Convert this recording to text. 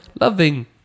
loving